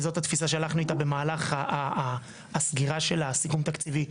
וזאת התפיסה שהלכנו איתה במהלך הסגירה של הסיכום התקציבי,